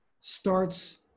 starts